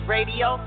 Radio